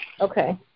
Okay